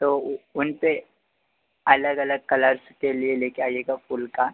तो उनपर अलग अलग कलर्स के लिए लेकर आइएगा फूल का